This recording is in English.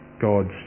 God's